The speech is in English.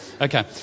Okay